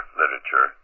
literature